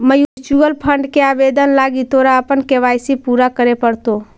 mutual fund के आवेदन लागी तोरा अपन के.वाई.सी पूरा करे पड़तो